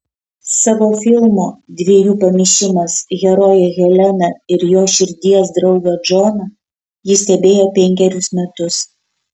savo filmo dviejų pamišimas heroję heleną ir jos širdies draugą džoną ji stebėjo penkerius metus